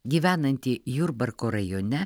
gyvenantį jurbarko rajone